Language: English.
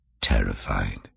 terrified